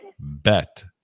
Bet